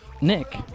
Nick